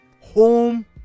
home